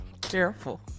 Careful